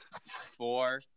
Four